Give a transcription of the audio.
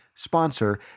Sponsor